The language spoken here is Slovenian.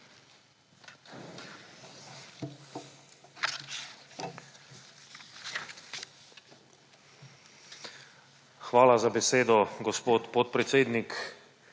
Hvala za besedo, gospod podpredsednik.